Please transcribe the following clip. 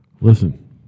Listen